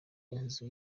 inzu